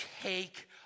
take